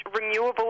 renewable